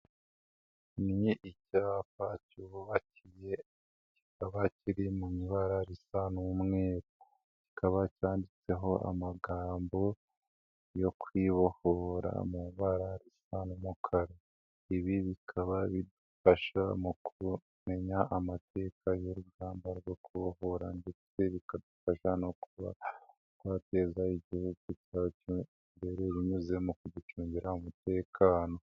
Ni icyapa cyubakiye, kikaba kiri mu ibara risa n'umwe, kikaba cyanditseho amagambo yo kwibohorahora mu ibara riasa n'umukara, ibi bikaba bifasha mu kumenya amateka y'urugamba rwo kubohora ndetse bikadufasha no kuba twateza igihugu cyacu imbere, binyuze mu kugicungira umutekano.